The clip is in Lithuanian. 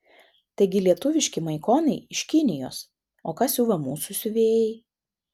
taigi lietuviški maikonai iš kinijos o ką siuva mūsų siuvėjai